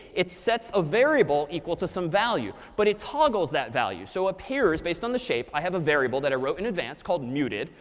it sets a variable equal to some value. but it toggles that value. so ah based on the shape i have a variable that i wrote in advance called muted,